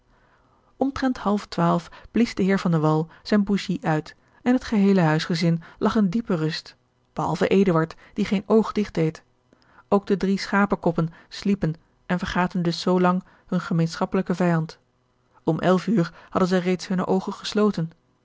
omtrent half twaalf blies de heer van de wall zijne bougie uit en het geheele huisgezin lag in diepe rust behalve eduard die geen oog digt deed ook de drie schapenkoppen sliepen en vergaten dus zoo lang hun gemeenschappelijken vijand om elf uur hadden zij reeds hunne oogen gesloten